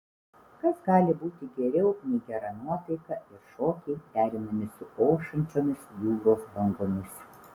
kas gali būti geriau nei gera nuotaika ir šokiai derinami su ošiančiomis jūros bangomis